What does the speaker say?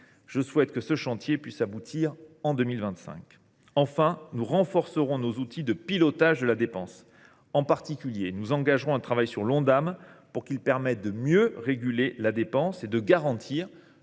Je souhaite que ce chantier puisse aboutir en 2025. Enfin, nous renforcerons nos outils de pilotage de la dépense. En particulier, nous engagerons un travail sur l’Ondam, pour que celui ci permette de mieux réguler la dépense et de garantir